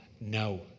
no